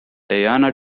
teyana